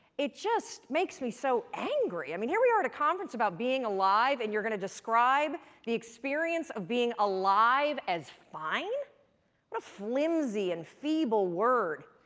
it just makes me so angry. i mean here we are at a conference about being alive and you're going to describe the experience of being alive as fine! what a flimsy and feeble word!